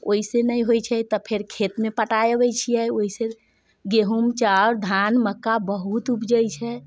ओहिसँ नहि होइ छै तऽ फेर खेतमे पटाइ अबै छियै ओहिसँ गहूँम चाउर धान मक्का बहुत उपजै छै